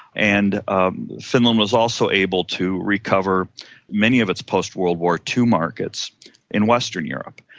and um finland was also able to recover many of its post-world war two markets in western europe.